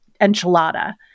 enchilada